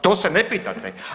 To se ne pitate.